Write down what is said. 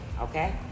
Okay